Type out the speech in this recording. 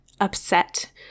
upset